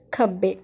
ਖੱਬੇ